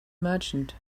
merchant